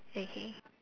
K K